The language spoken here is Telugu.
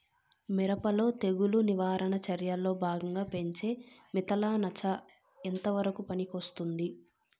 మిరప లో తెగులు నివారణ చర్యల్లో భాగంగా పెంచే మిథలానచ ఎంతవరకు పనికొస్తుంది?